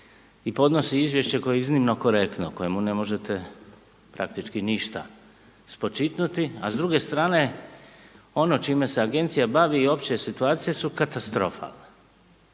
i podnosi izvješće koje je iznimno korektno, kojemu ne možete praktički ništa spočitnuti a s druge strane ono čime se agencija bavi i opće situacije su katastrofa.